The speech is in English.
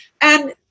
And-